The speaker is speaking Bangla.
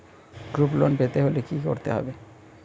গ্রুপ লোন পেতে হলে কি করতে হবে?